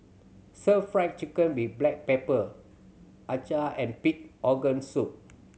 Stir Fried Chicken with black pepper acar and pig organ soup